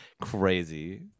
crazy